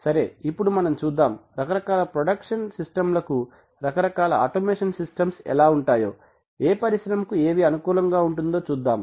సరే ఇప్పుడు మనం చూద్దాం రకరకాల ప్రొడక్షన్ సిస్టం లకు రకరకాల ఆటోమేషన్ సిస్టమ్స్ ఎలా ఉంటాయో ఏ పరిశ్రమకు ఏవి అనుకూలంగా ఉంటుందో చూద్దాం